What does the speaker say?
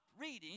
reading